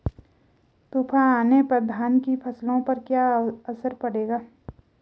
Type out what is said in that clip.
तूफान आने पर धान की फसलों पर क्या असर पड़ेगा?